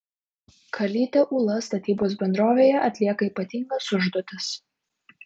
kalytė ūla statybos bendrovėje atlieka ypatingas užduotis